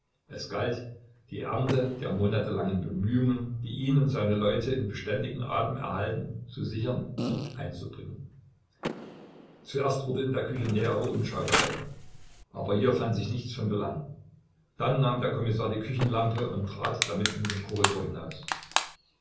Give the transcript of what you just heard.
es galt die ernte der monatelangen bemühungen die ihn und seine leute in beständigem atem erhalten zu sichern und einzubringen zuerst wurde in der küche nähere umschau gehalten aber hier fand sich nichts von belang dann nahm der kommissar die küchenlampe und trat damit in den korridor hinaus